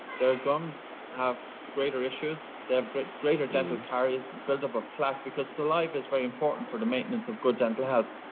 their gums have greater issues. they have greater greater dental carries, build up of plaque because saliva is very important for the maintenance of good dental health.